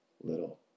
little